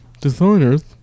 designers